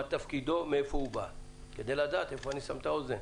מה תפקידו ומהיכן הוא בא וזה כדי לדעת היכן אני שם את האוזן.